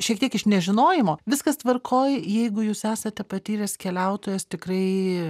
šiek tiek iš nežinojimo viskas tvarkoj jeigu jūs esate patyręs keliautojas tikrai